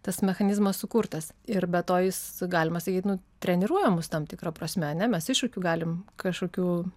tas mechanizmas sukurtas ir be to jis galima sakyt nu treniruoja mus tam tikra prasme ar ne mes iššūkių galim kažkokių